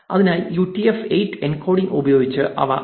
അതിനാൽ UTF 8 encoding ഉപയോഗിച്ച് അവ അച്ചടിക്കാൻ കഴിയും